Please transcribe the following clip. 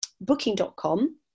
booking.com